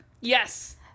Yes